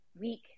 week